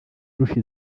irusha